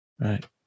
right